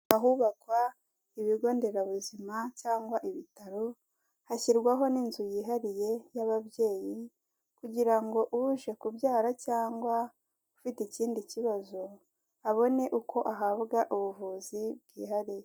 Ahubakwa ibigo nderabuzima cyangwa ibitaro, hashyirwaho n'inzu yihariye y'ababyeyi kugira ngo uje kubyara cyangwa ufite ikindi kibazo, abone uko ahabwa ubuvuzi bwihariye.